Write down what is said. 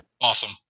awesome